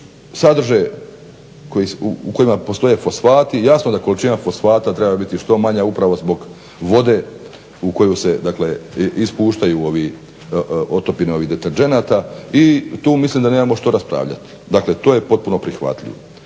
u kojima postoje fosfati. Jasno da količina fosfata treba biti što manja upravo zbog vode u koju se dakle ispuštaju otopine ovih deterdženata i tu mislim da nemamo što raspravljati. Dakle, to je potpuno prihvatljivo.